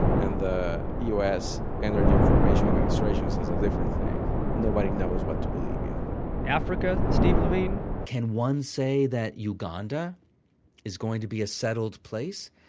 and the u s. energy information administration says a different thing. and nobody knows what to believe, either africa, steve levine can one say that uganda is going to be a settled place?